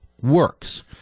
works